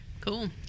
Cool